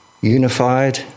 unified